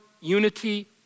unity